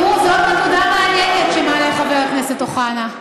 תראו, זאת נקודה מעניינת שמעלה חבר הכנסת אוחנה.